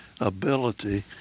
ability